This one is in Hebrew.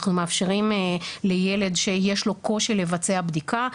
אנחנו מאפשרים לילד שיש לו קושי לבצע בדיקה,